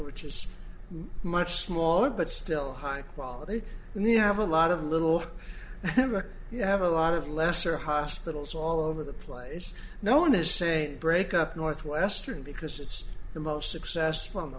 which is much smaller but still high quality and they have a lot of little emma you have a lot of lesser hospitals all over the place no one is saying break up northwestern because it's the most successful